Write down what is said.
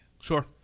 Sure